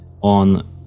on